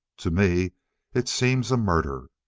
to me it seems a murder.